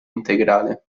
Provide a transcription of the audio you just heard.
integrale